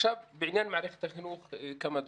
עכשיו בעניין מערכת החינוך כמה דברים.